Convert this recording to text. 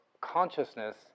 consciousness